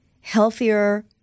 healthier